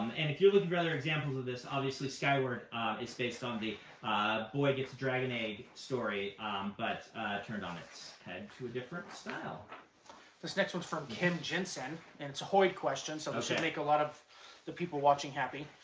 um and if you're looking for other examples of this, obviously skyward is based on the boy gets a dragon egg story but turned on its head to a different style. adam this next one's from ken jensen, and it's a hoid question, so it should make a lot of the people watching happy.